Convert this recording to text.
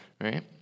right